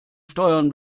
steuern